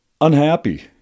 unhappy